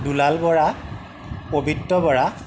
Dulal Bora Pabitra Bora